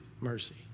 mercy